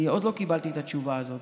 אני עוד לא קיבלתי את התשובה הזאת.